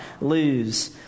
lose